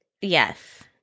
Yes